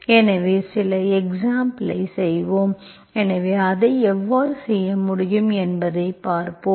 எனவே சில எக்ஸாம்பிளைச் செய்வோம் எனவே அதை எவ்வாறு செய்ய முடியும் என்பதைப் பார்ப்போம்